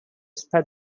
spread